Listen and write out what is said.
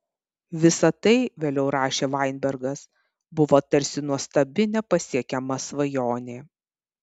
visa tai vėliau rašė vainbergas buvo tarsi nuostabi nepasiekiama svajonė